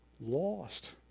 lost